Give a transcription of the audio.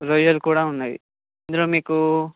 రొయ్యలు కూడా ఉన్నాయి ఇందులో మీకు